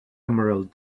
emerald